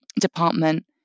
department